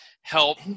help